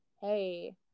hey